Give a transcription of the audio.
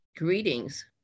Greetings